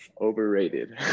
overrated